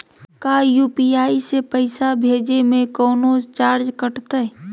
का यू.पी.आई से पैसा भेजे में कौनो चार्ज कटतई?